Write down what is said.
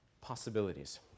possibilities